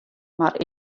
mar